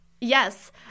Yes